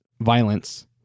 violence